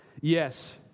Yes